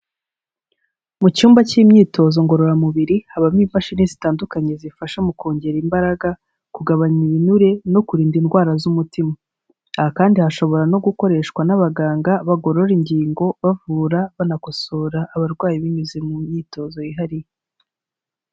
Mu cyumba cy'imyitozo ngororamubiri, habamo imashini zitandukanye zifasha mu kongera imbaraga, kugabanya ibinure no kurinda indwara z'umutima. Aha kandi hashobora no gukoreshwa n'abaganga, bagorora ingingo bavura, banakosora abarwayi binyuze mu myitozo yihariye.